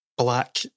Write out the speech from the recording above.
black